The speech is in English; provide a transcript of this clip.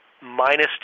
minus